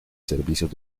servicios